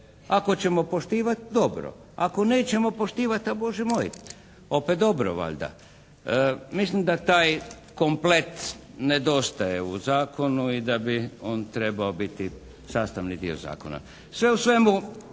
Ako ćemo poštivati dobro. Ako nećemo poštivati a Bože moj, opet dobro valjda. Mislim da taj komplet nedostaje u zakonu i da bi on trebao biti sastavni dio zakona. Sve u svemu